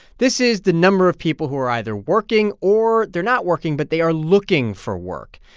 this is the number of people who are either working or they're not working, but they are looking for work.